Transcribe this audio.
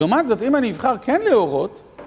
לעומת זאת, אם אני אבחר כן להורות